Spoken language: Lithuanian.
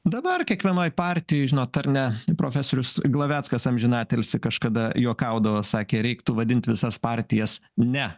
dabar kiekvienoj partijoj žinot ar ne profesorius glaveckas amžinatilsį kažkada juokaudamas sakė reiktų vadint visas partijas ne